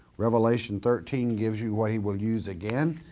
revelation thirteen gives you what he will use again.